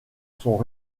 son